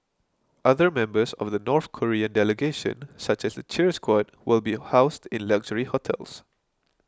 other members of the North Korean delegation such as the cheer squad will be housed in luxury hotels